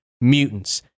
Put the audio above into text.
Mutants